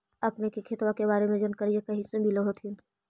अपने के खेतबा के बारे मे जनकरीया कही से मिल होथिं न?